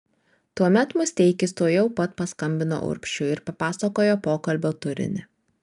tuomet musteikis tuojau pat paskambino urbšiui ir papasakojo pokalbio turinį